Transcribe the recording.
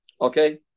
Okay